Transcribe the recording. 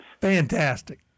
Fantastic